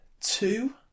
two